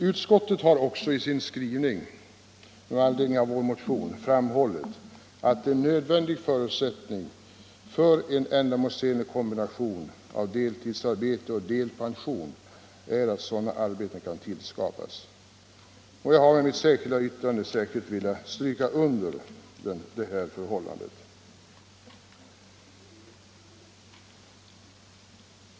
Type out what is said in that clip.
Utskottet har också i sin skrivning med anledning av vår motion framhållit att en nödvändig förutsättning för en ändamålsenlig kombination av deltidsarbete och delpension är att sådana arbeten kan tillskapas. Med mitt särskilda yttrande har jag velat understryka detta.